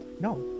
No